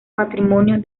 matrimonio